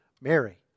Mary